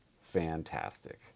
fantastic